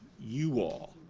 you all.